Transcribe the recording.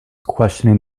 questioning